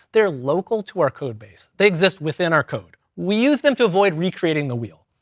they're local to our code base. they exist within our code. we use them to avoid recreating the wheel.